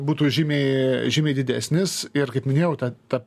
būtų žymiai žymiai didesnis ir kaip minėjau ta